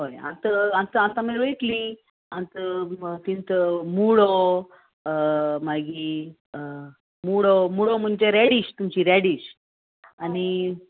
हय आतां आतां आतां मागीर वयतली आतां तिंत मुळो मागी मुळो मुळो म्हणजे रॅडीश तुमची रॅडीश आनी